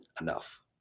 enough